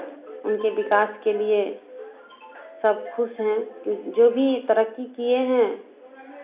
उनके विकास के लिए सब खुश हैं कि जो भी तरक्की किए हैं